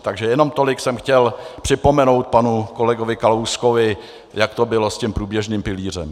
Takže jenom tolik jsem chtěl připomenout panu kolegovi Kalouskovi, jak to bylo s tím průběžným pilířem.